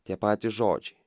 tie patys žodžiai